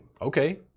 okay